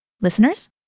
listeners